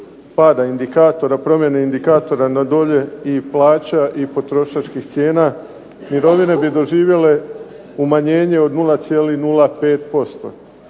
promjene indikatora na dolje i plaća i potrošačkih cijena mirovine bi doživjele umanjenje od 0,05%.